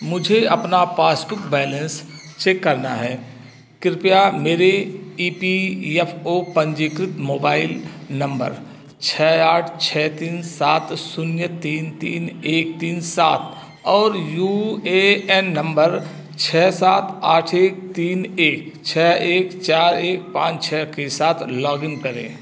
मुझे अपना passbook balance check करना है कृपया मेरे ई पी एफ़ ओ पंजीकृत मोबाइल नंबर छः आठ छः तीन सात शून्य तीन तीन एक तीन सात और यू ए एन नंबर छः सात आठ एक तीन एक छः एक चार एक पाँच छः के साथ लॉग इन करें